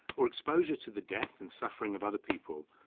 or exposure to the death and suffering of other people,